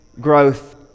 growth